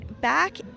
back